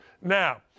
Now